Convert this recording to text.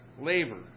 Labor